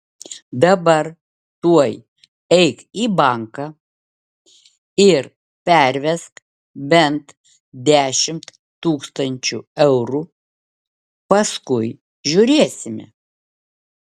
dabar tuoj eik į banką ir pervesk bent dešimt tūkstančių eurų paskui žiūrėsime